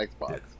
Xbox